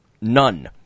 none